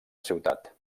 ciutat